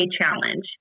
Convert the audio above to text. challenge